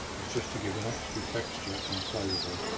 it's just to give an extra texture and flavour.